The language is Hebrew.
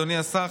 אדוני השר,